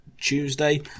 tuesday